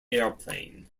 airplane